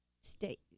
state